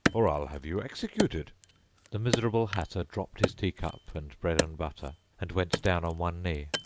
or i'll have you executed the miserable hatter dropped his teacup and bread-and-butter, and went down on one knee.